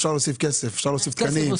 אפשר להוסיף כסף, אפשר להוסיף תקנים.